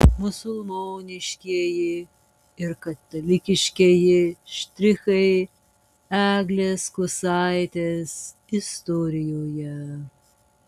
musulmoniškieji ir katalikiškieji štrichai eglės kusaitės istorijoje